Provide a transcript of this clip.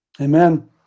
Amen